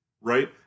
right